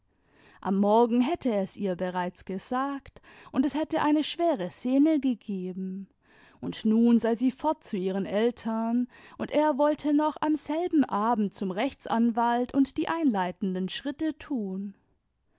am morgen hätte er es ihr bereits gesagt und es hätte eine schwere szene gegeben und nun sei sie fort zu ihren eltern und er wollte noch am selben abend zum rechtsanwalt und die einleitenden schritte tun